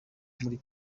muri